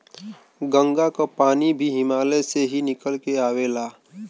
गंगा क पानी भी हिमालय से ही निकल के आवेला